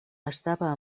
estava